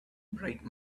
bright